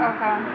Okay